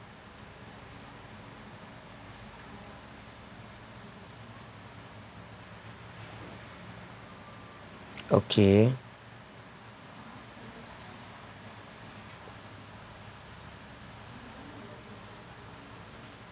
okay